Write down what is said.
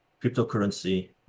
cryptocurrency